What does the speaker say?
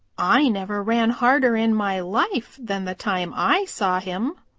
i never ran harder in my life than the time i saw him,